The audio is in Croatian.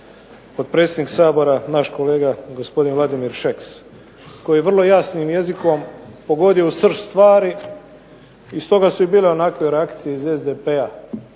potpredsjednik Sabora, naš kolega gospodin Vladimir Šeks, koji je vrlo jasnim jezikom pogodio u srž stvari, i stoga su bile i onakve reakcije iz SDP-a,